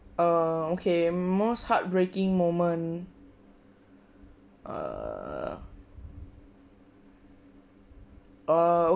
uh okay most heartbreaking moment err uh